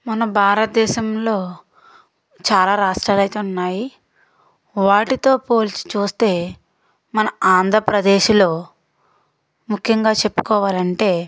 మన భారతదేశంలో చాలా రాష్ట్రాలయితే ఉన్నాయి వాటితో పోల్చి చూస్తే మన ఆంధ్రప్రదేశ్లో ముఖ్యంగా చెప్పుకోవాలంటే